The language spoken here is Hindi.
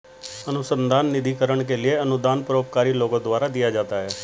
अनुसंधान निधिकरण के लिए अनुदान परोपकारी लोगों द्वारा दिया जाता है